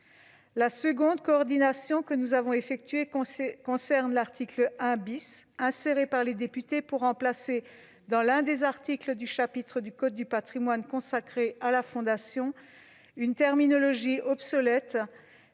La seconde coordination que nous avons effectuée concerne l'article 1 , inséré par les députés pour remplacer dans l'un des articles du chapitre du code du patrimoine consacré à la Fondation une terminologie obsolète